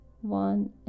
one